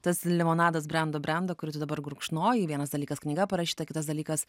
tas limonadas brendo brendo kurį tu dabar gurkšnoji vienas dalykas knyga parašyta kitas dalykas